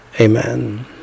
Amen